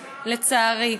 לצערי.